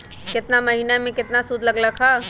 केतना महीना में कितना शुध लग लक ह?